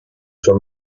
for